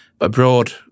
abroad